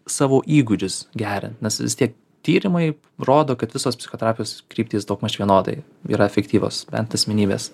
savo įgūdžius gerint tie tyrimai rodo kad visos psichoterapijos kryptys daugmaž vienodai yra efektyvūs bent asmenybės